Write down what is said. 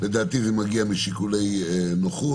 לדעתי זה מגיע משיקולי נוחות,